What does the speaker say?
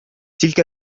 تلك